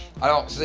alors